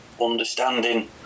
understanding